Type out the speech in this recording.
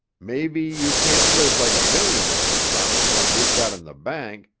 may be you can't live like a millionaire's son on what we got in the bank,